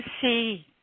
see